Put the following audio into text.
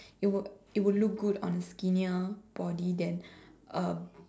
it would it would look good on skinnier body than a